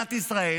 במדינת ישראל